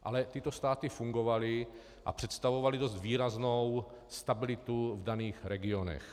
Ale tyto státy fungovaly a představovaly dost výraznou stabilitu v daných regionech.